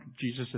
Jesus